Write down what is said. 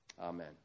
Amen